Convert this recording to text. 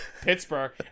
Pittsburgh